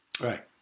Right